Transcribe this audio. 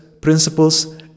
principles